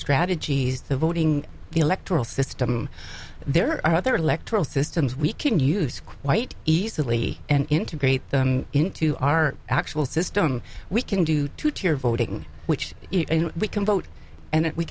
strategies the voting the electoral system there are other electoral systems we can use quite easily and integrate them into our actual system we can do to tear voting which we can vote and we